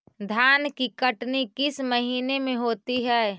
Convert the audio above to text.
धान की कटनी किस महीने में होती है?